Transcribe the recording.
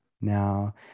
Now